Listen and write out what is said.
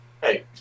Hey